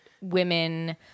women